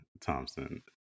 Thompson